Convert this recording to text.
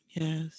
Yes